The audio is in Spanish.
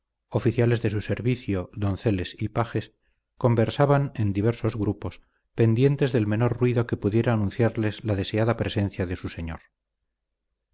oficiales de su servicio donceles y pajes conversaban en diversos grupos pendientes del menor ruido que pudiera anunciarles la deseada presencia de su señor